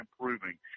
improving